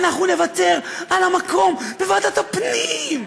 אנחנו נוותר על המקום בוועדת הפנים.